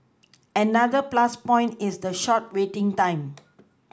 another plus point is the short waiting time